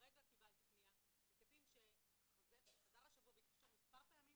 הרגע קיבלתי פנייה מקטין שחזר השבוע והתקשר מספר פעמים